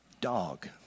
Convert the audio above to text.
Dog